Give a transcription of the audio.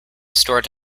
stored